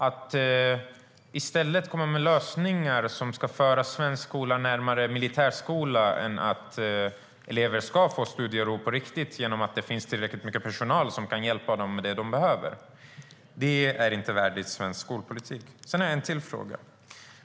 Att i stället lägga fram lösningar som för svensk skola närmare en militärskola än att elever ska få studiero på riktigt genom att det finns tillräckligt mycket personal som kan hjälpa dem med vad de behöver är inte värdigt svensk skolpolitik. Jag har ännu en fråga.